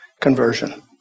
conversion